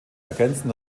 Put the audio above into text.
ergänzen